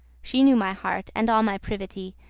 she knew my heart, and all my privity,